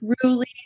truly